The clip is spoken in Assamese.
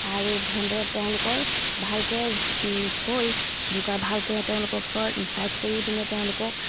আৰু তেনেদৰে তেওঁলোকৰ ভালকৈ থৈ যোগাৰ ভালকৈ তেওঁলোকক ছ ছাইড কৰি পিনে তেওঁলোকক